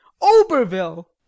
Oberville